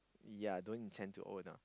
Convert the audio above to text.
yea don't intend to own ah